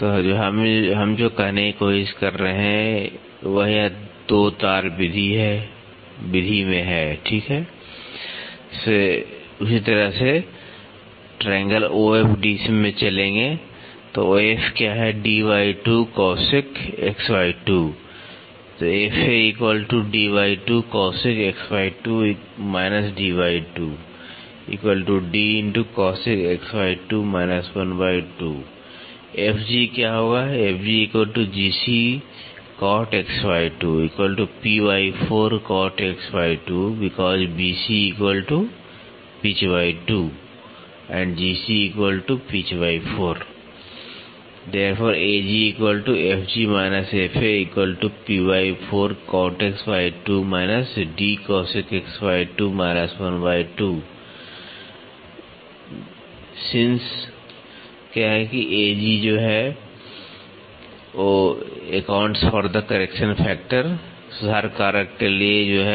तो हम जो कहने की कोशिश कर रहे हैं वह 2 तार विधि में है ठीक है